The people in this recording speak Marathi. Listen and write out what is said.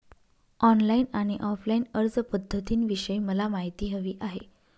ऑनलाईन आणि ऑफलाईन अर्जपध्दतींविषयी मला माहिती हवी आहे